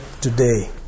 today